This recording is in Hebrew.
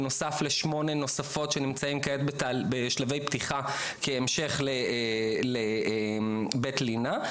בנוסף לשמונה נוספות שנמצאות כעת בשלבי פתיחה כהמשך לבית לינה,